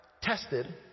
tested